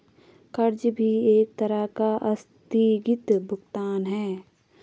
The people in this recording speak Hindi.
कर्ज भी एक तरह का आस्थगित भुगतान है